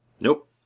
Nope